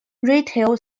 retail